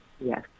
yes